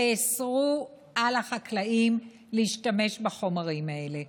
תאסרו על החקלאים להשתמש בחומרים האלה.